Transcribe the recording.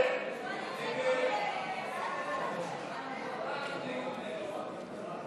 ההצעה להעביר לוועדה